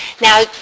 Now